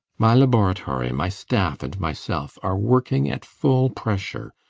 my laboratory, my staff, and myself are working at full pressure.